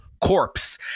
Corpse